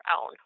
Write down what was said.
own